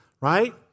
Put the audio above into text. right